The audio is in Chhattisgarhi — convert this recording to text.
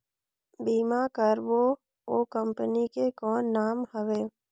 बीमा करबो ओ कंपनी के कौन नाम हवे?